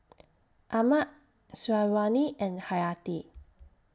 Ahmad Syazwani and Hayati